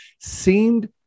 seemed